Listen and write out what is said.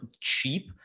cheap